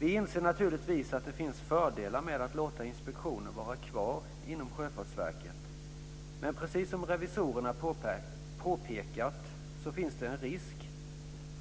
Vi inser naturligtvis att det finns fördelar med att låta inspektionen vara kvar inom Sjöfartsverket. Men precis som revisorerna påpekat så finns det en risk